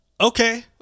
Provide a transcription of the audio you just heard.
Okay